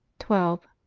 twelve.